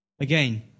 again